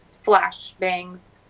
flash bangs,